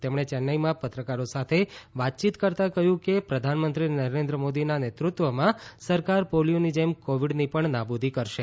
તેમણે ચેન્નાઈમાં પત્રકારો સાથે વાતચીત કરતા કહ્યું કે પ્રધાનમંત્રી નરેન્દ્ર મોદીના નેતૃત્વમાં સરકાર પોલીયોની જેમ કોવિડની પણ નાબૂદી કરશે